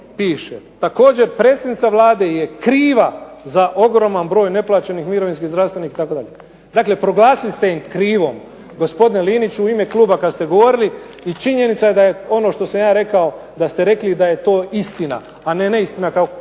piše: "Također predsjednica Vlade je kriva za ogroman broj neplaćenih mirovinskih, zdravstvenih itd." Dakle, proglasili ste je krivom gospodine Liniću u ime kluba kad ste govorili. I činjenica je da je ono što sam ja rekao da ste rekli da je to istina, a ne neistina kao